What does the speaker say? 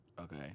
Okay